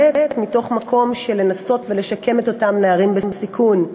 מתוך מקום לנסות לשקם את אותם נערים בסיכון,